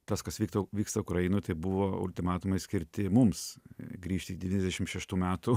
tas kas vyktų vyksta ukrainoj tai buvo ultimatumai skirti mums grįžti į devyniasdešim šeštų metų